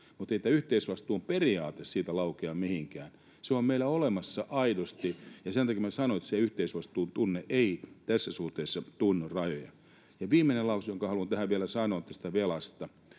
Mutta ei tämä yhteisvastuun periaate siitä laukea mihinkään. Se on meillä olemassa aidosti, ja sen takia minä sanoin, että se yhteisvastuun tunne ei tässä suhteessa tunne rajoja. Viimeisen lauseen haluan tähän vielä sanoa tästä velasta.